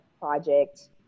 project